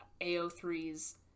AO3's